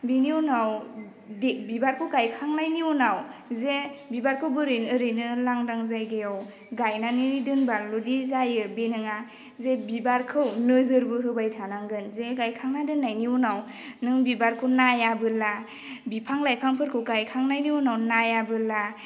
बिनि उनाव दे बिबारखौ गायखांनायनि उनाव जे बिबारखौ बोरै ओरैनो लांदां जायगायाव गायनानै दोनबाल'दि जायो बे नङा जे बिबारखौ नोजोरबो होबाय थानांगोन जे गायखांना दोननायनि उनाव नों बिबारखौ नायाबोला बिफां लाइफांफोरखौ गायखांनायनि उनाव नायाबोला